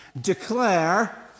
declare